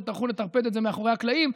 שטרחו לטרפד את זה מאחורי הקלעים,